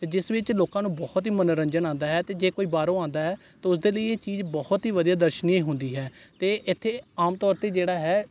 ਜਿਸ ਵਿੱਚ ਲੋਕਾਂ ਨੂੰ ਬਹੁਤ ਹੀ ਮਨੋਰੰਜਨ ਆਉਂਦਾ ਹੈ ਅਤੇ ਜੇ ਕੋਈ ਬਾਹਰੋਂ ਆਉਂਦਾ ਤਾਂ ਉਸਦੇ ਲਈ ਇਹ ਚੀਜ਼ ਬਹੁਤ ਹੀ ਵਧੀਆ ਦਰਸ਼ਨੀ ਹੁੰਦੀ ਹੈ ਅਤੇ ਇੱਥੇ ਆਮ ਤੌਰ 'ਤੇ ਜਿਹੜਾ ਹੈ